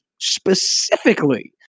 specifically